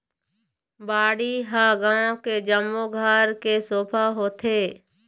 बाड़ी ह गाँव के जम्मो घर के शोभा होथे